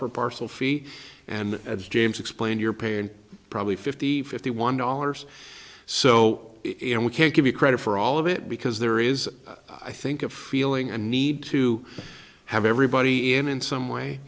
per parcel fee and as james explained you're paying probably fifty fifty one dollars so it and we can't give you credit for all of it because there is i think of feeling a need to have everybody in in some way